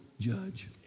judge